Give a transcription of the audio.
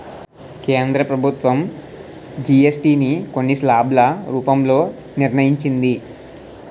కేంద్ర ప్రభుత్వం జీఎస్టీ ని కొన్ని స్లాబ్ల రూపంలో నిర్ణయించింది